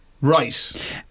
Right